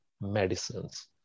medicines